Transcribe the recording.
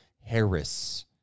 Harris